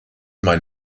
mein